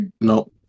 No